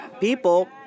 people